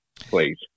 please